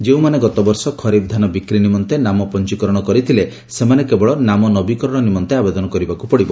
ଯେଉଁମାନେ ଗତବର୍ଷ ଖରିଫ୍ ଧାନ ବିକ୍ରି ନିମନ୍ତେ ନାମ ପଞ୍ଚିକରଶ କରିଥିଲେ ସେମାନେ କେବଳ ନାମ ନବୀକରଶ ନିମନ୍ତେ ଆବେଦନ କରିବାକୁ ପଡ଼ିବ